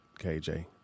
KJ